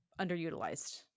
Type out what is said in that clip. underutilized